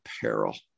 peril